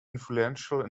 influential